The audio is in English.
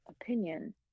opinion